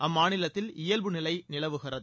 அம்மாநிலத்தில் இயல்பு நிலை நிலவுகிறது